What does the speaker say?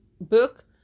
book